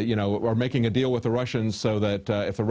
you know were making a deal with the russians so that if the